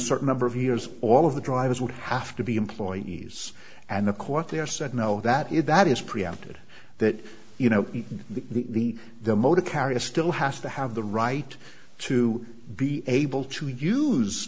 certain number of years all of the drivers would have to be employees and the court there said no that is that is preempted that you know the the motor carrier still has to have the right to be able to use